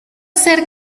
ser